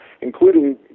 including